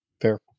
Fair